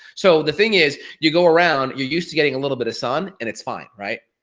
so, the thing is, you go around, you used to getting a little bit of sun, and it's fine, right?